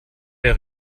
der